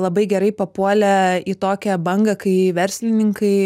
labai gerai papuolė į tokią bangą kai verslininkai